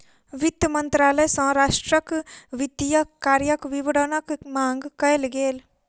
वित्त मंत्रालय सॅ राष्ट्रक वित्तीय कार्यक विवरणक मांग कयल गेल